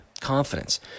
confidence